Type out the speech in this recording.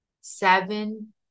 seven